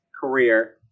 career